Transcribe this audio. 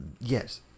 yes